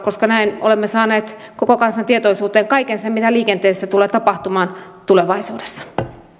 täällä koska näin olemme saaneet koko kansan tietoisuuteen kaiken sen mitä liikenteessä tulee tapahtumaan tulevaisuudessa